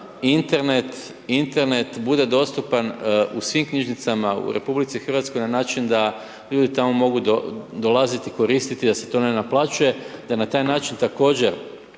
da Internet bude dostupan u svim knjižnicama u RH na način da ljudi tamo mogu dolaziti i koristiti i da se to ne naplaćuje, da na taj način također